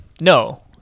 No